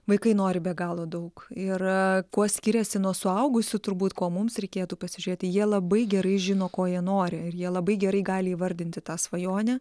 vaikai nori be galo daug ir kuo skiriasi nuo suaugusių turbūt ko mums reikėtų pasižiūrėti jie labai gerai žino ko jie nori ir jie labai gerai gali įvardinti tą svajonę